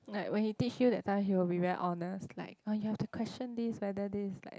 like when he teach you that time he will be very honest like oh you have to question this whether this is like